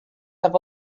have